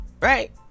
Right